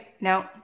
No